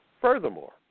Furthermore